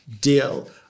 deal